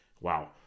Wow